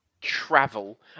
travel